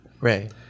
Right